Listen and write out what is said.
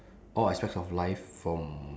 all aspects of life from